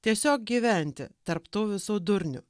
tiesiog gyventi tarp tų visų durnių